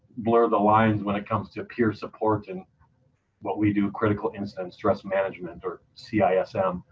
blur the line when it comes to peer support. and what we do critical incident stress management for c i a.